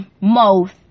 mouth